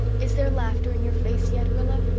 is there laughter in your face yet, rilla?